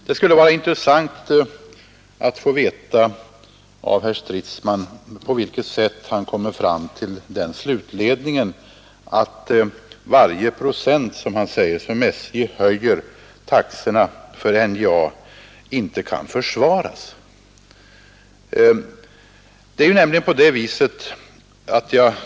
Det skulle vara intressant att få veta av herr Stridsman på vilket sätt han kommer fram till den slutledningen att varje procent, som han sade, som SJ höjer taxorna för NJA inte kan försvaras.